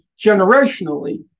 generationally